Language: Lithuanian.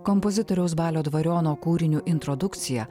kompozitoriaus balio dvariono kūriniu introdukcija